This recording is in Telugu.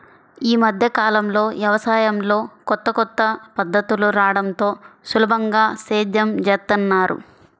యీ మద్దె కాలంలో యవసాయంలో కొత్త కొత్త పద్ధతులు రాడంతో సులభంగా సేద్యం జేత్తన్నారు